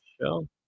show